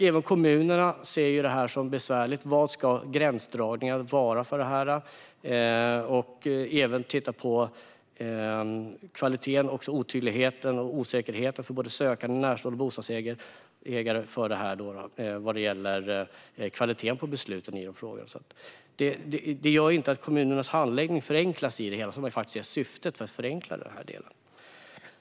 Även kommunerna ser detta som besvärligt - hur ska gränsdragningen se ut? Det handlar också om att titta på kvaliteten, liksom otydligheten och osäkerheten för både sökande, närstående och bostadsägare, vad gäller besluten i dessa frågor. Det gör alltså inte att kommunernas handläggning förenklas, vilket ju faktiskt är syftet med att förenkla den här delen.